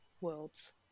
worlds